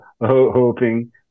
hoping